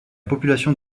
population